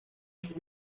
sich